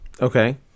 okay